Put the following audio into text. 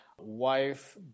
wife